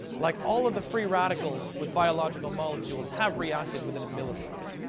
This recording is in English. like all of the free radicals with biological molecules have reacted within a millisecond.